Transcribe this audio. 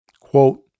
Quote